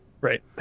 Right